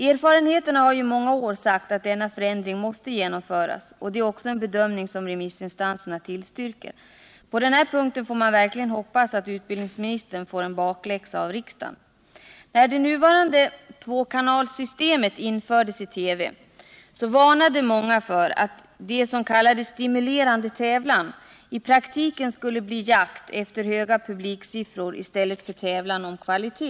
Erfarenheterna har i många år sagt att denna förändring måste genomföras, och det är också en bedömning som remissinstanserna gör. På denna punkt får man verkligen hoppas att utbildningsministern får bakläxa av riksdagen. När det nuvarande tvåkanalsystemet infördes i TV varnade många för att det som kallades ”stimulerande tävlan” i praktiken skulle bli en jakt efter höga publiksiffror i stället för tävlan om kvalitet.